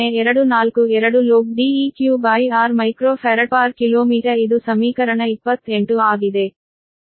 0242 logDeqr µfkm ಇದು ಸಮೀಕರಣ 28 ಆಗಿದೆ